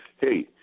hey